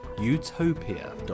utopia